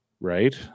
Right